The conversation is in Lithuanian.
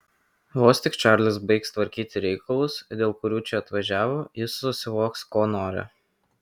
vos tik čarlis baigs tvarkyti reikalus dėl kurių čia atvažiavo jis susivoks ko nori